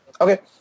Okay